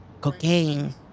Cocaine